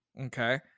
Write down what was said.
Okay